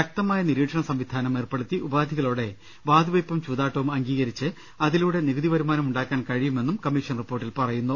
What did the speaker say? ശക്തമായ നിരീക്ഷണ സംവിധാനം ഏർപ്പെടുത്തി ഉപാധികളോടെ വാതുവെപ്പും ചൂതാട്ടവും അംഗ്വീകരിച്ച് അതിലൂടെ നികുതി വരുമാനം ഉണ്ടാക്കാൻ കഴിയുമെന്നും കമ്മീഷൻ റിപ്പോർട്ടിൽ പറയുന്നു